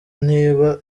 niba